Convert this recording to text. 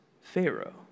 Pharaoh